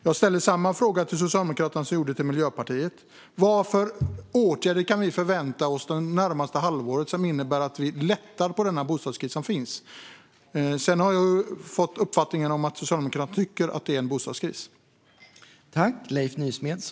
Jag ställer samma fråga till Socialdemokraterna som jag ställde till Miljöpartiet: Vilka åtgärder kan vi förvänta oss under det närmaste halvåret som innebär att vi lättar på den bostadskris som finns? Jag har nämligen fått uppfattningen att Socialdemokraterna tycker att det är en bostadskris.